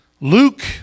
Luke